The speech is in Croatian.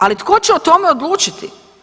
Ali tko će o tome odlučiti?